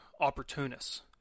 opportunists